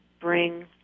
bring